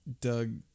Doug